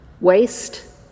waste